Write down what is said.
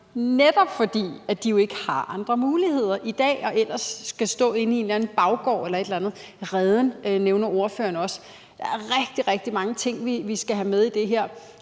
netop fordi de jo ikke har andre muligheder i dag. Ellers skulle de stå inde i en eller anden baggård eller noget andet. Og ordføreren nævner også Reden. Der er rigtig, rigtig mange ting, vi skal have med i det her.